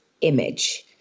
image